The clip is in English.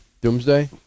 Doomsday